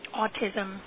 autism